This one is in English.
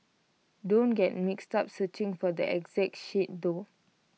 don't get mixed up searching for the exact shade though